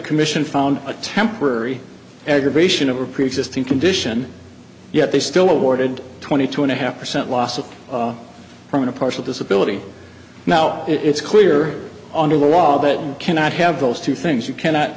commission found a temporary aggravation of a preexisting condition yet they still awarded twenty two and a half percent losses from a partial disability now it's clear under the law that you cannot have those two things you cannot